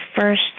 first